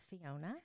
Fiona